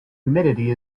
humidity